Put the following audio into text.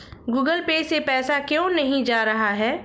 Google Pay से पैसा क्यों नहीं जा रहा है?